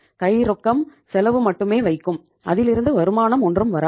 கை ரொக்கம் செலவு மட்டுமே வைக்கும் அதிலிருந்து வருமானம் ஒன்றும் வராது